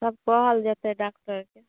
सब कहल जेतै डाक्टरके